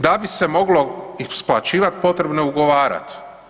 Da bi se moglo isplaćivati, potrebno je ugovarat.